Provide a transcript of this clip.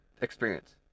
experience